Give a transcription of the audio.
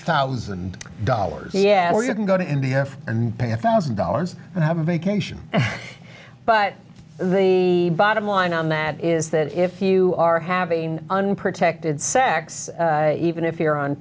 thousand dollars yeah so you can go to india and pant thousand dollars and have a vacation but the bottom line on that is that if you are having unprotected sex even if you're on